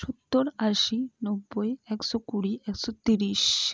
সত্তর আশি নব্বই একসো কুড়ি একসো তিরিশ